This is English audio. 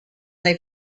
they